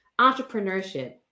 entrepreneurship